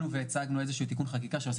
והצגנו איזה שהוא תיקון חקיקה שעושה